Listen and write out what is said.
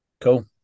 Cool